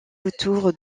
autour